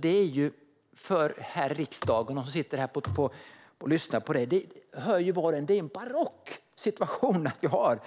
Vi här i riksdagen och var och en som sitter och lyssnar på detta hör ju att det är en barock situation vi har.